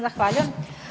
Zahvaljujem.